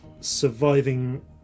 surviving